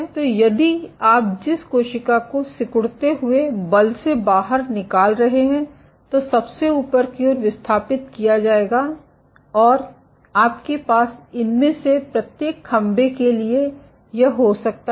तो यदि आप जिस कोशिका को सिकुड़ते हुए बल से बाहर निकाल रहे हैं तो सबसे ऊपर की ओर विस्थापित किया जाएगा और आपके पास इनमें से प्रत्येक खंभे के लिए यह हो सकता है